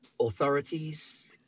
authorities